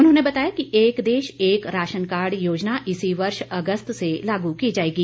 उन्होंने बताया कि एक देश एक राशनकार्ड योजना इसी वर्ष अगस्त से लागू की जाएगी